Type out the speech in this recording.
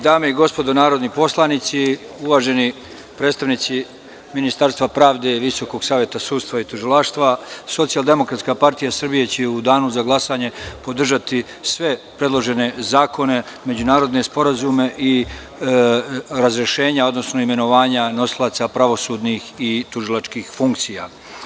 Dame i gospodo narodni poslanici, uvaženi predstavnici Ministarstva pravde, VSS i Tužilaštva SDPS će u danu za glasanje podržati sve predložene zakone, međunarodne sporazume i razrešenja, odnosno imenovanja nosilaca pravosudnih i tužilačkih funkcija.